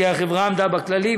כי החברה עמדה בכללים,